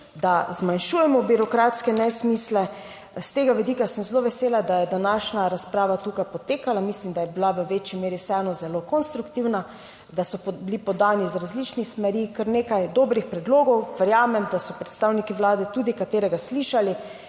zmanjšujemo birokratske nesmisle. S tega vidika sem zelo vesela, da je današnja razprava tukaj potekala, mislim, da je bila v večji meri vseeno zelo konstruktivna, da so bili podani iz različnih smeri kar nekaj dobrih predlogov. Verjamem, da so predstavniki Vlade tudi katerega slišali.